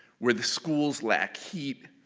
where the schools lack heat,